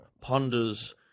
ponders